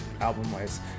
album-wise